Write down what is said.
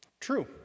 True